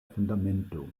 fundamento